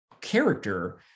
character